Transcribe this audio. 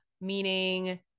Meaning